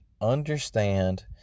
understand